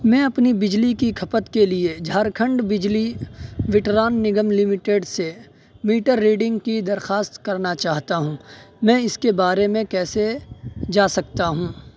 میں اپنی بجلی کی کھپت کے لیے جھارکھنڈ بجلی وٹران نگم لمیٹڈ سے میٹر ریڈنگ کی درخواست کرنا چاہتا ہوں میں اس کے بارے میں کیسے جا سکتا ہوں